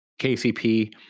KCP